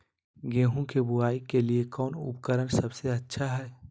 गेहूं के बुआई के लिए कौन उपकरण सबसे अच्छा है?